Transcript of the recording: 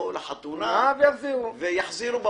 יגיעו לחתונה ויחזירו בבוקר.